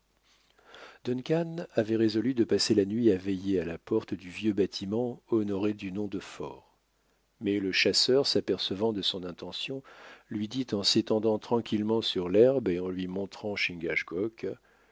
avait résolu de passer la nuit à veiller à la porte du vieux bâtiment honoré du nom de fort mais le chasseur s'apercevant de son intention lui dit en s'étendant tranquillement sur l'herbe et en lui montrant chingachgook